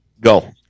Go